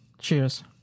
Cheers